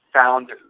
found